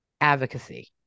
advocacy